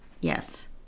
Yes